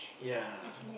yeah